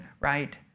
right